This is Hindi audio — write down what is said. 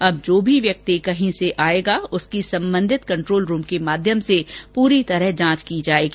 अब जो भी व्यक्ति कहीं से आएगा उसकी संबंधित कंट्रोल रूम के माध्यम से पूरी तरह जांच की जाएगी